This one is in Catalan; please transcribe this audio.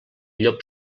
llop